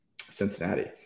Cincinnati